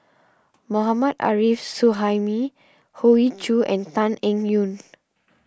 Mohammad Arif Suhaimi Hoey Choo and Tan Eng Yoon